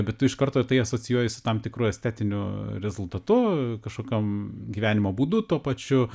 bet tu iš karto tai asocijuoji su tam tikru estetiniu rezultatu kažkokiom gyvenimo būdu tuo pačiu